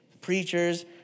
preachers